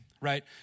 right